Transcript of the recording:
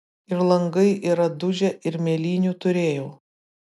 ir langai yra dužę ir mėlynių turėjau